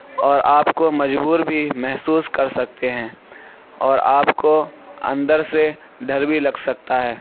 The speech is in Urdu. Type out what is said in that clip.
اور آپ کو مجبور بھی محسوس کر سکتے ہیں اور آپ کو اندر سے ڈر بھی لگ سکتا ہے